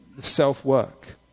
self-work